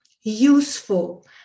useful